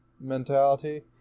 mentality